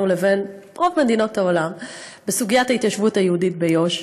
לבין רוב מדינות העולם בסוגיית ההתיישבות היהודית ביו"ש.